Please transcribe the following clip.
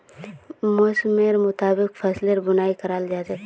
मौसमेर मुताबिक फसलेर बुनाई कराल जा छेक